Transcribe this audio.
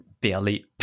Barely